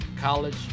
college